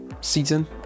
season